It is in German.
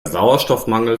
sauerstoffmangel